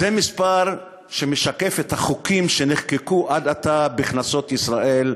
זה מספר שמשקף את החוקים שנחקקו עד עתה בכנסות ישראל,